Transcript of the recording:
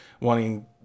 wanting